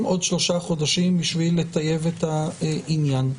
עוד שלושה חודשים בשביל לטייב את העניין.